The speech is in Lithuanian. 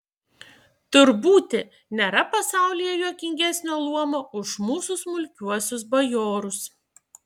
tur būti nėra pasaulyje juokingesnio luomo už mūsų smulkiuosius bajorus